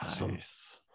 Nice